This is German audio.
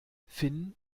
finn